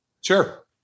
sure